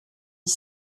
dix